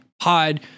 pod